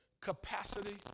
capacity